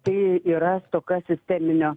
tai yra stoka sisteminio